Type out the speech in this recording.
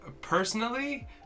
Personally